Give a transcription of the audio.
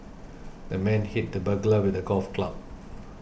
the man hit the burglar with a golf club